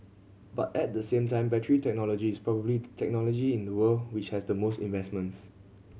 but at the same time battery technology is probably the technology in the world which has the most investments